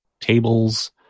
tables